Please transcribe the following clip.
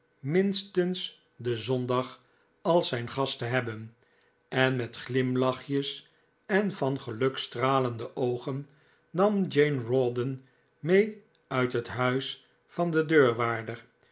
minstens den zondag als zijn gast te hebben en met glimlachjes en van geluk stralende oogen nam jane rawdon mee uit het huis van den deurwaarder